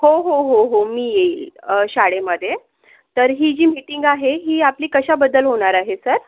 हो हो हो हो मी येईल अं शाळेमधे तर ही जी मीटिंग आहे ही आपली कशाबद्दल होणार आहे सर